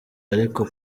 ariko